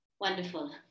Wonderful